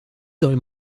soll